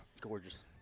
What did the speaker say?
Gorgeous